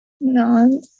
No